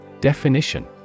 Definition